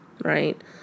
Right